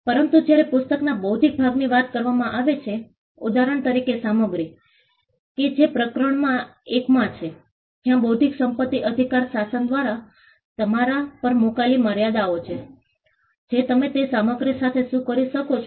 પરંતુ જ્યારે પુસ્તકના બૌદ્ધિક ભાગની વાત કરવામાં આવે છે ઉદાહરણ તરીકે સામગ્રી કે જે પ્રકરણના એકમાં છે ત્યાં બૌદ્ધિક સંપત્તિ અધિકાર શાસન દ્વારા તમારા પર મૂકાયેલી મર્યાદાઓ છે જે તમે તે સામગ્રી સાથે શું કરી શકો છો